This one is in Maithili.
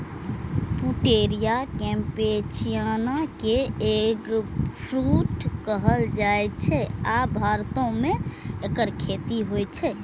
पुटेरिया कैम्पेचियाना कें एगफ्रूट कहल जाइ छै, आ भारतो मे एकर खेती होइ छै